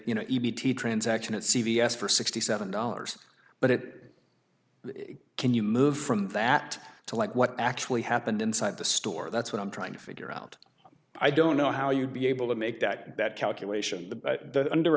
you know e t transaction at c v s for sixty seven dollars but it can you move from that to like what actually happened inside the store that's what i'm trying to figure out i don't know how you'd be able to make that that calculation